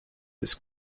this